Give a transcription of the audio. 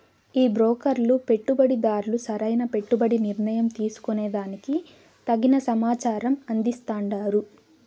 ఈ బ్రోకర్లు పెట్టుబడిదార్లు సరైన పెట్టుబడి నిర్ణయం తీసుకునే దానికి తగిన సమాచారం అందిస్తాండారు